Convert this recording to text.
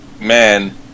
man